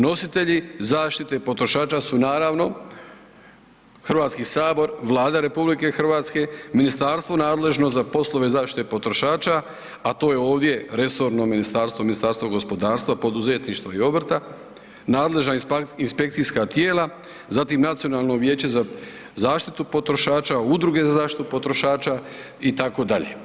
Nositelji zaštite potrošača su naravno Hrvatski sabor, Vlada RH, ministarstvo nadležno za poslove zaštite potrošača, a to je ovdje resorno ministarstvo, Ministarstvo gospodarstva, poduzetništva i obrta, nadležna inspekcijska tijela, zatim nacionalno vijeće za zaštitu potrošača, udruge za zaštitu potrošača itd.